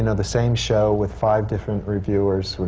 and the same show with five different reviewers,